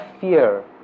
fear